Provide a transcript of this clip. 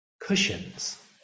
cushions